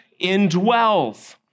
indwells